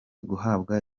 guhabwa